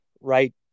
right